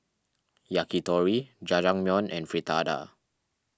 Yakitori Jajangmyeon and Fritada